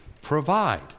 provide